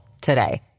today